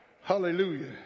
Hallelujah